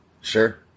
Sure